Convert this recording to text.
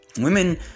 Women